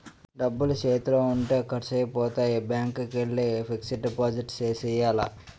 డబ్బులు సేతిలో ఉంటే ఖర్సైపోతాయి బ్యాంకికెల్లి ఫిక్సడు డిపాజిట్ సేసియ్యాల